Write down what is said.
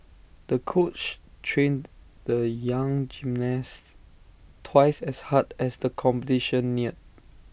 the coach trained the young gymnast twice as hard as the competition neared